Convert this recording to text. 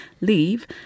leave